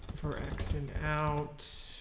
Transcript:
for x in out